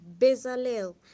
Bezalel